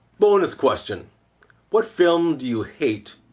bonus question what film do you hate,